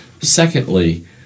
Secondly